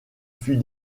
fut